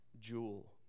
jewel